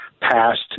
passed